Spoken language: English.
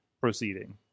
proceeding